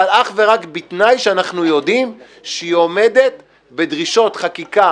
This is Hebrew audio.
אבל אך ורק בתנאי שאנחנו יודעים שהיא עומדת בדרישות חקיקה,